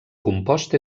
compost